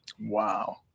Wow